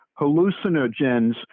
hallucinogens